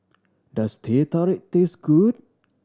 does Teh Tarik taste good